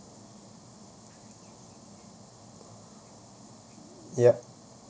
ya